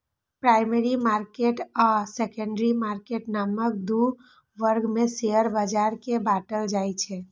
primary market आ secondary market नामक दू वर्ग मे शेयर बाजार कें बांटल जाइ छै